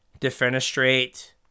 Defenestrate